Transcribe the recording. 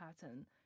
pattern